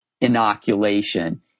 inoculation